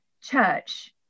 church